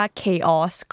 Chaos